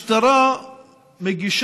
ראש הממשלה מקצר את הביקור שלו,